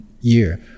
year